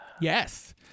Yes